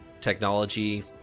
technology